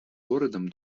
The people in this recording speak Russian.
городом